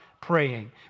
praying